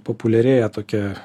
populiarėja tokia